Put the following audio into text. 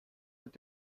mit